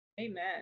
Amen